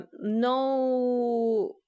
no